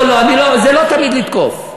לא, זה לא תמיד לתקוף.